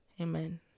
Amen